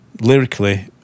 Lyrically